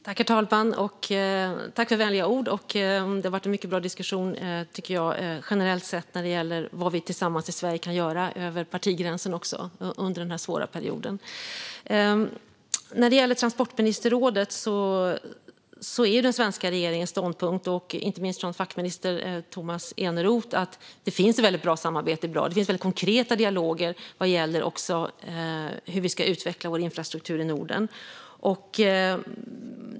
Herr talman! Tack för vänliga ord, Kjell-Arne Ottosson! Det har varit en mycket bra diskussion också över partigränsen generellt sett när det gäller vad vi i Sverige kan göra tillsammans under den här svåra perioden. När det gäller transportministerrådet är den svenska regeringens ståndpunkt, och inte minst från fackminister Tomas Eneroth, att det finns ett väldigt bra samarbete. Det finns konkreta dialoger vad gäller hur vi ska utveckla vår infrastruktur i Norden.